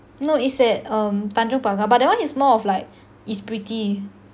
no it's at err tanjong pagar but that one is more of like it's pretty